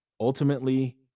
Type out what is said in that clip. Ultimately